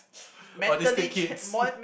autistic kids